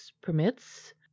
permits